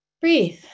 breathe